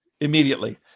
immediately